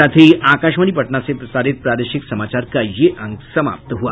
इसके साथ ही आकाशवाणी पटना से प्रसारित प्रादेशिक समाचार का ये अंक समाप्त हुआ